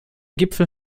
gipfel